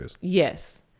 Yes